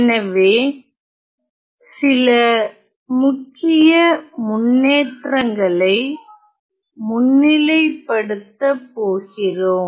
எனவே சில முக்கிய முன்னேற்றங்களை முன்னிலைப்படுத்தபோகிறோம்